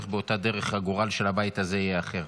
באותה דרך הגורל של הבית הזה יהיה אחר.